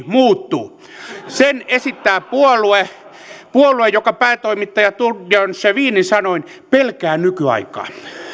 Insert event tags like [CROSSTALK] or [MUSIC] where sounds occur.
[UNINTELLIGIBLE] muuttuu sen esittää puolue puolue joka päätoimittaja torbjörn kevinin sanoin pelkää nykyaikaa